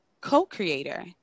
co-creator